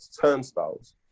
turnstiles